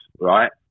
right